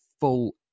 full